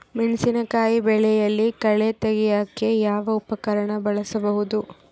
ಮೆಣಸಿನಕಾಯಿ ಬೆಳೆಯಲ್ಲಿ ಕಳೆ ತೆಗಿಯಾಕ ಯಾವ ಉಪಕರಣ ಬಳಸಬಹುದು?